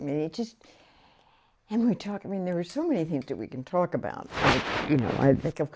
i mean just and we talk i mean there are so many things that we can talk about i think of